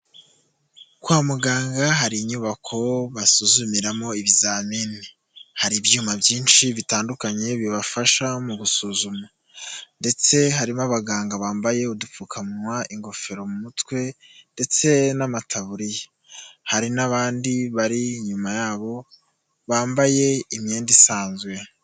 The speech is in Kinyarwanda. Kwa muganga hari inyubako basuzumiramo ibizamini, hari ibyuma byinshi bitandukanye bibafasha mu gusuzuma ndetse harimo abaganga bambaye udupfukamunwa ingofero mu mutwe ndetse n'amataburiya, hari n'abandi bari inyuma yabo bambaye imyenda isanzwe.